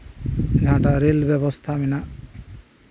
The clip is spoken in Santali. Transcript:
ᱡᱟᱸᱦᱟ ᱨᱮᱞ ᱵᱮᱵᱚᱥᱛᱷᱟ ᱢᱮᱱᱟᱜᱼᱟ